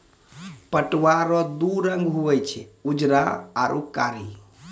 पटुआ रो दू रंग हुवे छै उजरा आरू कारी